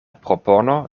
propono